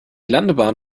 landebahn